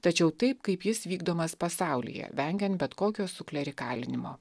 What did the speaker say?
tačiau taip kaip jis vykdomas pasaulyje vengiant bet kokio suklierikalinimo